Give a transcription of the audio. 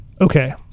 Okay